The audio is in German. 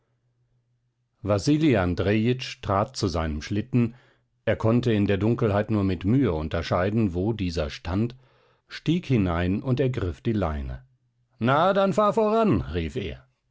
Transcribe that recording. wasili andrejitsch trat zu seinem schlitten er konnte in der dunkelheit nur mit mühe unterscheiden wo dieser stand stieg hinein und ergriff die leine na dann fahr voran rief er